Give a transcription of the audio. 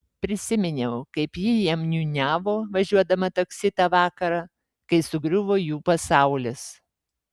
prisiminiau kaip ji jam niūniavo važiuodama taksi tą vakarą kai sugriuvo jų pasaulis